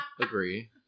agree